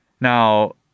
Now